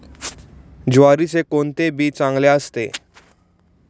ज्वारीचे कोणते बी चांगले असते?